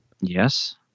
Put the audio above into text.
Yes